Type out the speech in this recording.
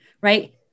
right